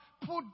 put